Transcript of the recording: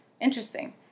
Interesting